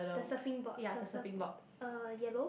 the surfing board the surf uh yellow